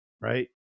right